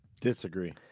Disagree